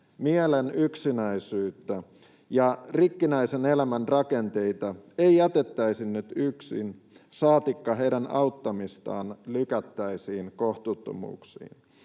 mielen yksinäisyyttä ja rikkinäisen elämän rakenteita ei jätettäisi nyt yksin saatikka heidän auttamistaan lykättäisi kohtuuttomuuksiin.